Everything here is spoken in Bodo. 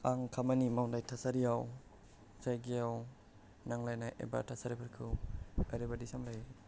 आं खामानि मावनाय थासारियाव जायगायाव नांलायनाय एबा थासारिफोरखौ ओरैबायदि सामलायो